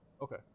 Okay